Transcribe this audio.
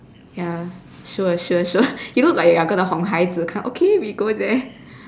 ya sure sure sure you look like you going to 哄孩子 kind okay we go there